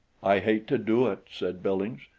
i hate to do it, said billings.